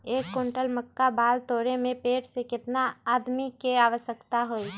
एक क्विंटल मक्का बाल तोरे में पेड़ से केतना आदमी के आवश्कता होई?